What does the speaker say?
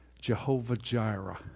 Jehovah-Jireh